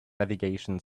navigation